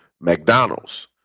McDonald's